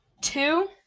two